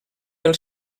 pel